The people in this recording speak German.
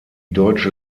deutsche